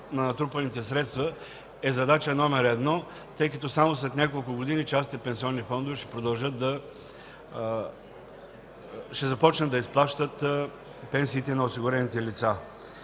на натрупаните средства е задача номер едно, тъй като само след няколко години частните пенсионни фондове ще започнат да изплащат пенсиите на осигурените лица.